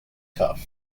tough